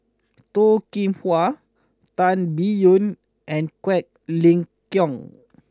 Toh Kim Hwa Tan Biyun and Quek Ling Kiong